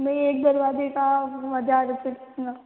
नहीं एक दरवाज़े का हज़ार रूपये हाँ